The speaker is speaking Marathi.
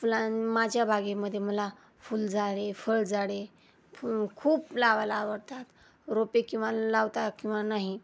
फुलां माझ्या बागेमध्ये मला फुलझाडे फळझाडे खूप लावायला आवडतात रोपे किमान लावता किंवा नाही